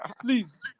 Please